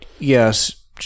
Yes